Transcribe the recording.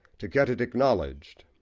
to get it acknowledged.